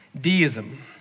Deism